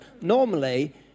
Normally